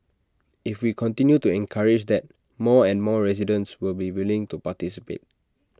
if we continue to encourage that more and more residents will be willing to participate